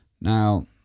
Now